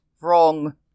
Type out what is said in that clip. wrong